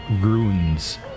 ruins